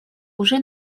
уже